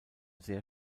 sehr